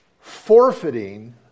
forfeiting